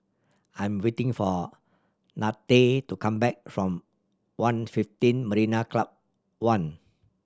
I'm waiting for Nanette to come back from One fifteen Marina Club One